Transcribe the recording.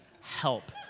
help